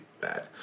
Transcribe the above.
bad